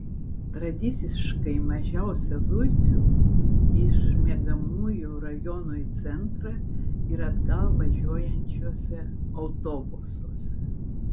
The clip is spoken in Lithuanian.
tradiciškai mažiausia zuikių iš miegamųjų rajonų į centrą ir atgal važiuojančiuose autobusuose